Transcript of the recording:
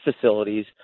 facilities